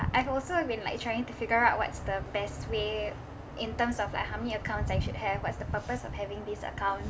I've also have been like trying to figure out what's the best way in terms of like how many accounts I should have what's the purpose of having this accounts